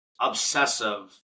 obsessive